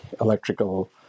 electrical